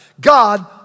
God